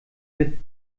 mit